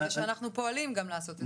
ושאנחנו פועלים גם לעשות את זה?